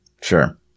Sure